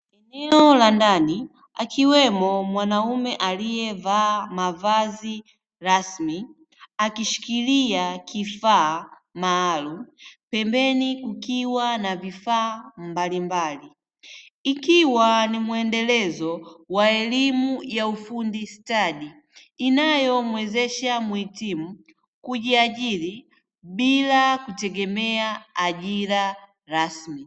Eneo la ndani akiwemo mwanamume aliyevaa mavazi rasmi akishikilia kifaa maalumu, pembeni kukiwa na vifaa mbalimbali ikiwa ni mwendelezo wa elimu ya ufundi stadi inayomwezesha mwitimu kujiajiri bila kutegemea ajira rasmi.